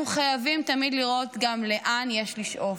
אנחנו חייבים תמיד לראות גם לאן יש לשאוף,